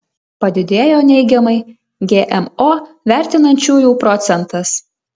padidėjo neigiamai gmo vertinančiųjų procentas